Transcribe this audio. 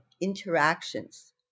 interactions